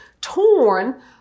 torn